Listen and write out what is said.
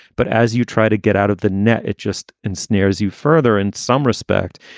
but as you try to get out of the net, it's just ensnares you further in some respect.